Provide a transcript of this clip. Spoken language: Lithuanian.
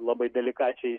labai delikačiai